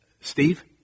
Steve